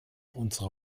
unsere